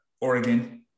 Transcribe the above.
Oregon